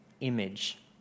image